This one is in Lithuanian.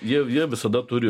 jie jie visada turi